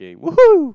!woohoo!